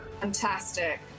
fantastic